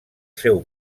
seu